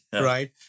right